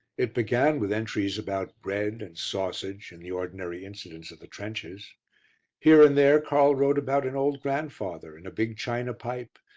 it began with entries about bread and sausage and the ordinary incidents of the trenches here and there karl wrote about an old grandfather, and a big china pipe,